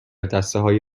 دستههای